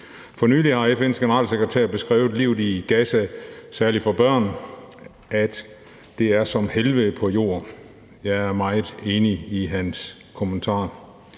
For nylig har FN's generalsekretær beskrevet livet i Gaza, særlig for børn, som, at det er som helvede på jord. Jeg er meget enig i hans kommentarer.